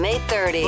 830